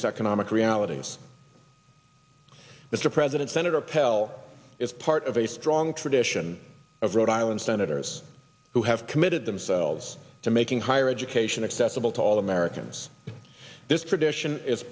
today's economic realities mr president senator pell is part of a strong tradition of rhode island senators who have committed themselves to making higher education accessible to all americans this tradition is